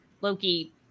Loki